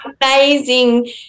amazing